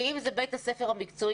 ואם זה בית הספר המקצועי,